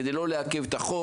כדי לא לעכב את החוק,